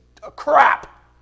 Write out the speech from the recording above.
crap